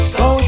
go